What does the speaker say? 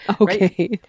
Okay